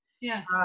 Yes